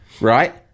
right